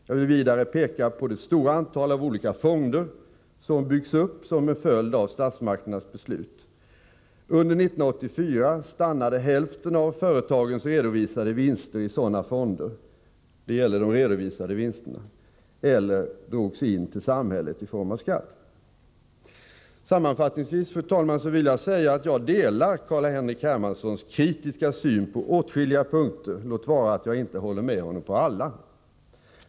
Jag vill vidare peka på det stora antal olika fonder som byggs upp som en följd av statsmakternas beslut. Under 1984 stannade hälften av företagens redovisade vinster — det gäller alltså de redovisade vinsterna — i sådana fonder eller drogs in till samhället i form av skatt. Sammanfattningsvis, fru talman, vill jag säga: Jag delar Carl-Henrik Hermanssons kritiska syn på åtskilliga punkter, låt vara att jag inte håller med honom om allt.